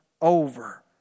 over